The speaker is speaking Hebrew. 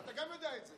אתה גם יודע את זה.